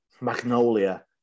Magnolia